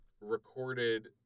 recorded